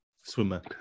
swimmer